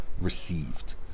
received